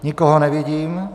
Nikoho nevidím.